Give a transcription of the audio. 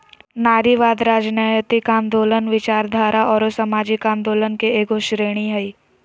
नारीवाद, राजनयतिक आन्दोलनों, विचारधारा औरो सामाजिक आंदोलन के एगो श्रेणी हइ